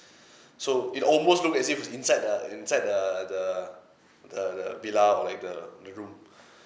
so it almost looked as if inside uh inside err the the the villa or like the the room